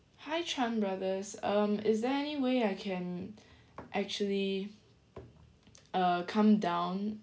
hi Chan Brothers um is there any way I can actually uh come down